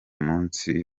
munsi